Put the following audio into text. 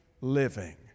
living